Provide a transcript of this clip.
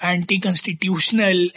Anti-Constitutional